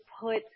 put